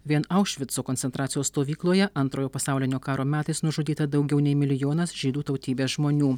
vien aušvico koncentracijos stovykloje antrojo pasaulinio karo metais nužudyta daugiau nei milijonas žydų tautybės žmonių